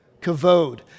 Kavod